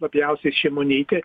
labiausiai šimonytė